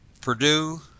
Purdue